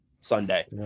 Sunday